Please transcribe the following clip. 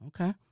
Okay